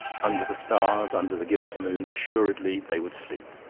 under the stars, under the gibbous moon, assuredly they would sleep.